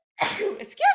Excuse